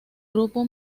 grupo